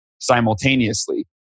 simultaneously